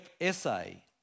essay